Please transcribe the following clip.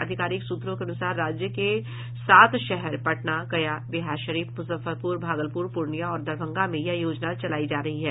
आधिकारिक सूत्रो के अनुसार राज्य के सात शहर पटना गया बिहारशरीफ मुजफ्फरपुर भागलपुर पूर्णिया और दरभंगा में यह योजना चलायी जा रही है